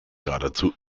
geradezu